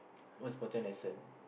msot important lesson